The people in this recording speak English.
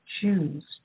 choose